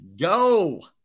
go